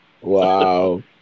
Wow